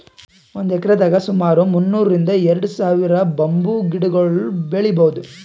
ಒಂದ್ ಎಕ್ರೆದಾಗ್ ಸುಮಾರ್ ಮುನ್ನೂರ್ರಿಂದ್ ಎರಡ ಸಾವಿರ್ ಬಂಬೂ ಗಿಡಗೊಳ್ ಬೆಳೀಭೌದು